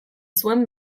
zuen